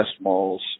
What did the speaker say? malls